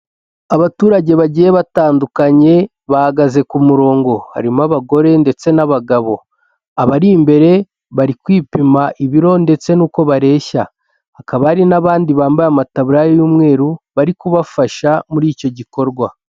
Abaturage bagiye batandukanye bahagaze ku murongo harimo abagore ndetse n'abagab,o abari imbere bari kwipima ibiro ndetse n'uko bareshya hakaba hari n'abandi bambaye amataburiya y'umweru bari kubafasha muri icyo gikorwa.